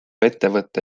ettevõte